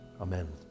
Amen